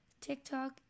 TikTok